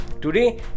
Today